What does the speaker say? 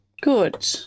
Good